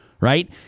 Right